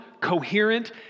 coherent